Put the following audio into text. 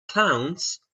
clowns